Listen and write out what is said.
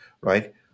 right